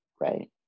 right